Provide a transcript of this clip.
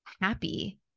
happy